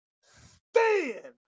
stand